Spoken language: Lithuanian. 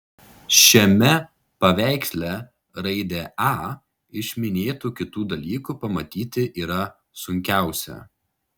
šiame paveiksle raidę a iš minėtų kitų dalykų pamatyti yra sunkiausia